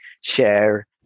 share